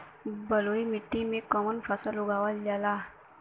बलुई मिट्टी में कवन फसल उगावल जाला?